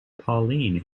pauline